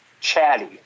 chatty